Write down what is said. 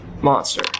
monster